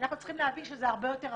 אנחנו צריכים להבין שזה הרבה יותר רחב,